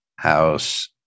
house